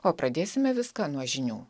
o pradėsime viską nuo žinių